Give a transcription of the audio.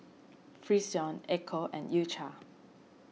Frixion Ecco and U Cha